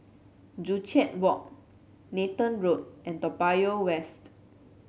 Joo Chiat Walk Nathan Road and Toa Payoh West